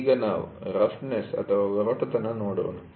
ಈಗ ನಾವು ರಫ್ನೆಸ್ಒರಟುತನ ನೋಡೋಣ